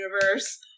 Universe